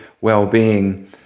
well-being